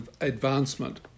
advancement